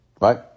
right